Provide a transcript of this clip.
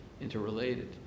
Interrelated